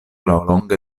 laŭlonge